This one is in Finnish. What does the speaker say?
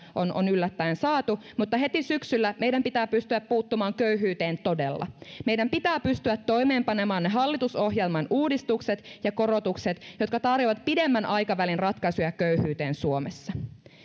on on yllättäen saatu mutta heti syksyllä meidän pitää pystyä puuttumaan köyhyyteen todella meidän pitää pystyä toimeenpanemaan ne hallitusohjelman uudistukset ja korotukset jotka tarjoavat pidemmän aikavälin ratkaisuja köyhyyteen suomessa